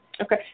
Okay